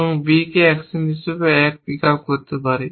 এবং B কে action 1 হিসাবে পিক আপ করতে পারি